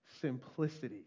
Simplicity